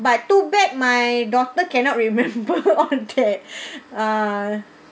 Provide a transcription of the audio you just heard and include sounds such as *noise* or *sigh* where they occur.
but too bad my daughter cannot remember *laughs* all that *breath* uh